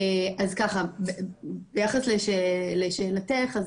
ביחס לשאלתך,